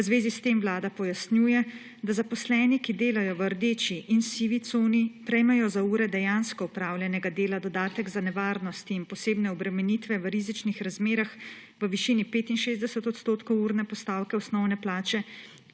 V zvezi s tem Vlada pojasnjuje, da zaposleni, ki delajo v rdeči in sivi coni, prejmejo za ure dejansko opravljenega dela dodatek za nevarnosti in posebne obremenitve v rizičnih razmerah v višini 65 odstotkov urne postavke osnovne plače